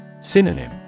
synonym